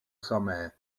samé